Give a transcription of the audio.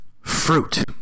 fruit